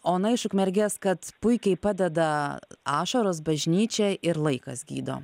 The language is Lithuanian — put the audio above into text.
ona iš ukmergės kad puikiai padeda ašaros bažnyčia ir laikas gydo